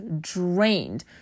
drained